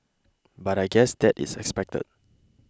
but I guess that is expected